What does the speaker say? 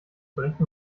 berechnet